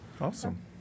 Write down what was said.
Awesome